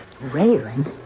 Railing